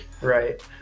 Right